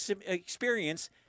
experience